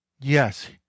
yes